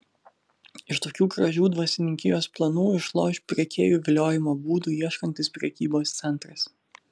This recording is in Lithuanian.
iš tokių gražių dvasininkijos planų išloš pirkėjų viliojimo būdų ieškantis prekybos centras